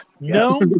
No